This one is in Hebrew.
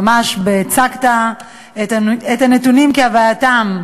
ממש הצגת את הנתונים כהווייתם,